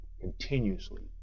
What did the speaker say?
continuously